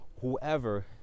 whoever